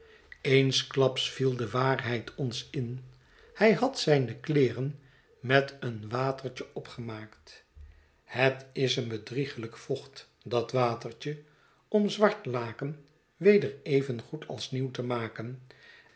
eensklaps viel de waarheid ons in hij had zijne kleeren met een watertje opgemaakt het is een bedrieglijk vocht dat watertje om zwart laken weder evengoed als nieuw te maken